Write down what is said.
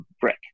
brick